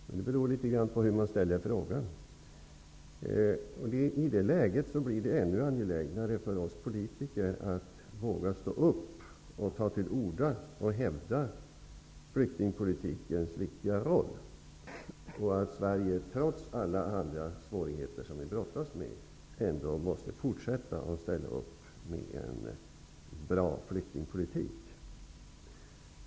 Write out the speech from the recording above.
Men det beror litet grand hur man ställer frågan. I detta läge är det ännu angelägnare för oss politiker att våga stå upp och ta till orda och hävda flyktingpolitikens viktiga roll. Sverige måste trots alla de svårigheter som vi nu har att brottas med fortsätta att ställa upp med en bra flyktingpolitik.